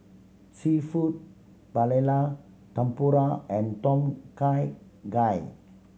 Seafood Paella Tempura and Tom Kha Gai